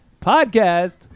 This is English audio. Podcast